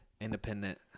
independent